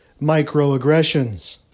microaggressions